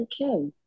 okay